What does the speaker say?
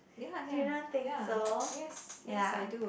do you not think so ya